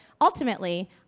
ultimately